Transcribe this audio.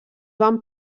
van